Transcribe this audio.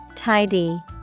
Tidy